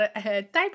type